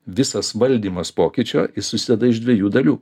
visas valdymas pokyčio jis susideda iš dviejų dalių